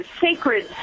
sacred